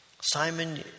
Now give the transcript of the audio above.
Simon